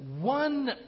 one